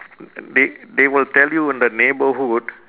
they they will tell you in the neighbourhood